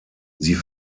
sie